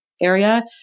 area